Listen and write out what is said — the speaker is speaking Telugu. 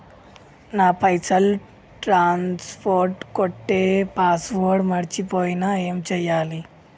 నా పైసల్ ట్రాన్స్ఫర్ కొట్టే పాస్వర్డ్ మర్చిపోయిన ఏం చేయాలి?